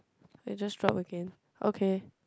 it just drop again okay